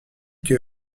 que